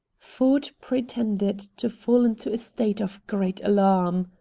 ford pretended to fall into a state of great alarm.